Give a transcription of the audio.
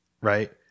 Right